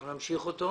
אנחנו נמשיך אותו.